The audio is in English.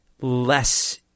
less